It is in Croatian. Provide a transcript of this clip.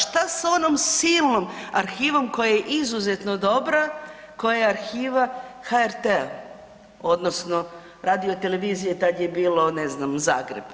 Šta sa onom silnom arhivom koja je izuzetno dobra, koja je arhiva HRT-a odnosno Radio-televizije tad je bilo ne znam Zagreb?